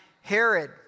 Herod